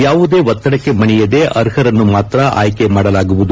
ಯಾವುದೇ ಒತ್ತಡಕ್ಕೆ ಮಣಿಯದೇ ಅರ್ಹರನ್ನು ಮಾತ್ರ ಆಯ್ಲಿ ಮಾಡಲಾಗುವುದು